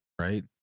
Right